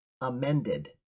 amended